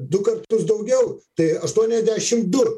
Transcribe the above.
du kartus daugiau tai aštuoniasdešim du